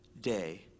day